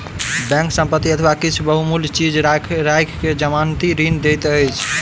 bank संपत्ति अथवा किछ बहुमूल्य चीज राइख के जमानती ऋण दैत अछि